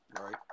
Right